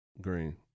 Green